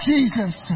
Jesus